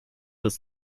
was